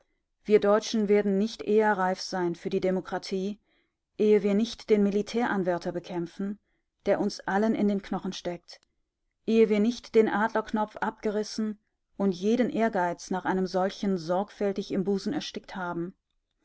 wir deutschen werden nicht eher reif sein für die demokratie ehe wir nicht den militäranwärter bekämpfen der uns allen in den knochen steckt ehe wir nicht den adlerknopf abgerissen und jeden ehrgeiz nach einem solchen sorgfältig im busen erstickt haben